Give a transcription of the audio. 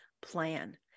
plan